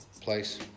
place